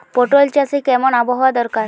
পটল চাষে কেমন আবহাওয়া দরকার?